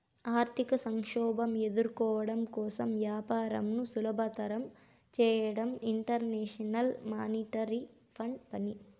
ఆర్థిక సంక్షోభం ఎదుర్కోవడం కోసం వ్యాపారంను సులభతరం చేయడం ఇంటర్నేషనల్ మానిటరీ ఫండ్ పని